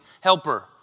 helper